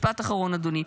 משפט אחרון, אדוני.